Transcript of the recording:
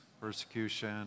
persecution